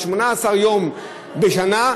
18 יום בשנה,